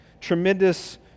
Tremendous